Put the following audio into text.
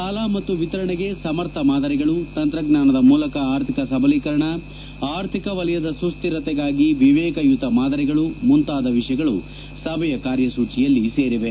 ಸಾಲ ಮತ್ತು ವಿತರಣೆಗೆ ಸಮರ್ಥ ಮಾದರಿಗಳು ತಂತ್ರಜ್ಞಾನದ ಮೂಲಕ ಆರ್ಥಿಕ ಸಬಲೀಕರಣ ಆರ್ಥಿಕ ವಲಯದ ಸುಸ್ಡಿರತೆಗಾಗಿ ವಿವೇಕಯುತ ಮಾದರಿಗಳು ಮುಂತಾದ ವಿಷಯಗಳು ಸಭೆಯ ಕಾರ್ಯಸೂಚಿಯಲ್ಲಿ ಸೇರಿವೆ